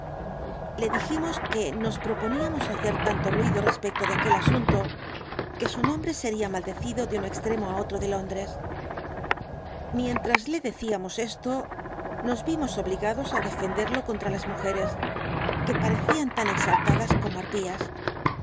le dijimos que nos proponíamos hacer tanto ruido respecto de aquel asunto que su nombre sería maldecido de un extremo á otro de londres mientras le dehistoria de la puerta ciamos esto nos vimos obligados á defenderlo contra las mujeres que parecían tan exaltadas como harpías